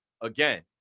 again